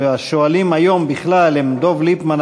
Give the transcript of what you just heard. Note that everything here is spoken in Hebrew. השואלים היום הם חברי הכנסת דב ליפמן,